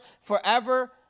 forever